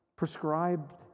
prescribed